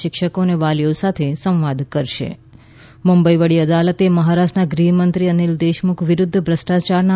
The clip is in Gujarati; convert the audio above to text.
શિક્ષકો અને વાલીઓ સાથે સંવાદ કરશે મુંબઈ વડી અદાલતે મહારાષ્ટ્રના ગૃહમંત્રી અનિલ દેશમુખ વિરુદ્ધ ભ્રષ્ટાચારના